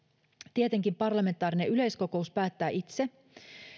tietenkin parlamentaarinen yleiskokous päättää itse